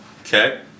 Okay